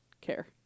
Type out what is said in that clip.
care